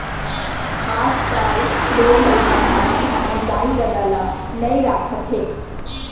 आजकाल लोग लइका मन अपन दाई ददा ल नइ राखत हें